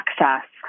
access